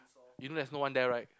you know there's no one there right